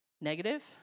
negative